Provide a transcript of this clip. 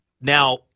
Now